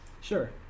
Sure